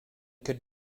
could